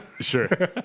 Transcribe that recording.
sure